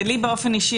ולי באופן אישי,